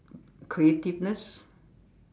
creativeness